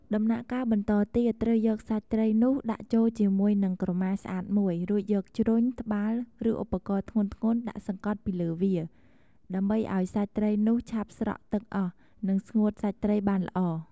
ដំណាក់កាលបន្តទៀត ត្រូវយកសាច់ត្រីនោះដាក់ចូលជាមួយនឹងក្រមាស្អាតមួយ រួចយកជ្រុញ ត្បាល់ ឬឧបករណ៍ធ្ងន់ៗដាក់សង្កត់ពីលើវា ដើម្បីឱ្យសាច់ត្រីនោះឆាប់ស្រក់អស់ទឹក និងស្ងួតសាច់ត្រីបានល្អ។